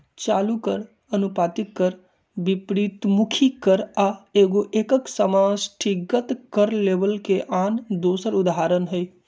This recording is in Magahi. चालू कर, अनुपातिक कर, विपरितमुखी कर आ एगो एकक समष्टिगत कर लेबल के आन दोसर उदाहरण हइ